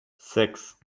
sechs